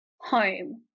home